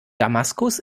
damaskus